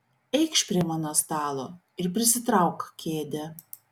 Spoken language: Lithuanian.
eikš prie mano stalo ir prisitrauk kėdę